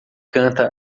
canta